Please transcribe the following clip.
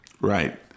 Right